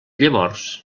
llavors